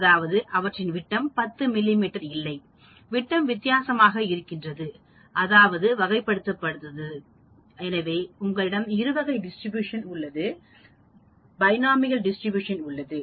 அதாவது அவற்றின் விட்டம் 10 மிமீ இல்லை விட்டம் வித்தியாசமாக இருக்கலாம் அதாவதுவகைப்படுத்துதல் எனவே உங்களிடம் இருவகை டிஸ்ட்ரிபியூஷன் என்று ஒன்று உள்ளது